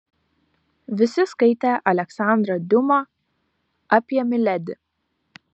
visi skaitė aleksandrą diuma apie miledi